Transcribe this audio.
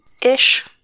Ish